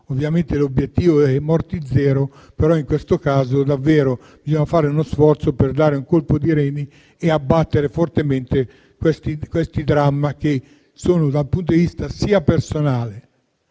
Ovviamente l'obiettivo è arrivare a morti zero, però in questo caso bisogna davvero fare uno sforzo per dare un colpo di reni e abbattere fortemente questi drammi, che, dal punto di vista sia personale